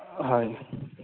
হয়